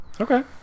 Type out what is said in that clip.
Okay